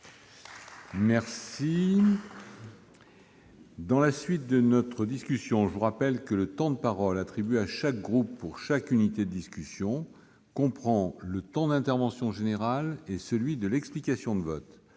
Mes chers collègues, je vous rappelle que le temps de parole attribué à chaque groupe pour chaque unité de discussion comprend le temps d'intervention générale et celui de l'explication de vote.